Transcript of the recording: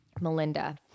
Melinda